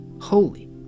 holy